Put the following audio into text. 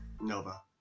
Nova